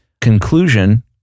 conclusion